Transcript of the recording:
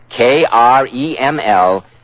K-R-E-M-L